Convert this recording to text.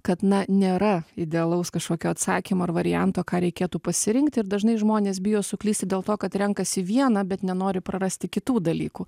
kad na nėra idealaus kažkokio atsakymo ar varianto ką reikėtų pasirinkti ir dažnai žmonės bijo suklysti dėl to kad renkasi vieną bet nenori prarasti kitų dalykų